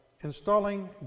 installing